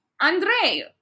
Andrei